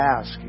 ask